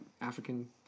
African